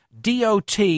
DOT